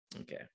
Okay